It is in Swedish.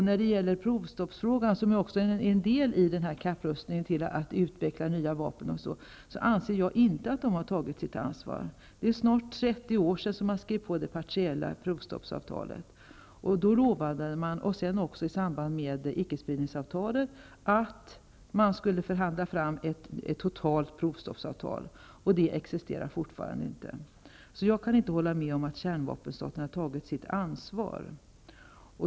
När det gäller provstoppsfrågan, som är en del av kapprustningen, med utvecklande av nya vapen, anser jag inte att de har tagit sitt ansvar. Det är snart 30 år sedan som man skrev på det partiella provstoppsavtalet. Då, liksom i samband med icke-spridningsavtalet, lovade man att man skulle förhandla fram ett totalt provstoppsavtal. Det existerar fortfarande inte. Jag kan inte hålla med om att kärnvapenstaterna har tagit sitt ansvar.